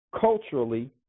culturally